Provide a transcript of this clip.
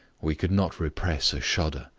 we could not repress a shudder.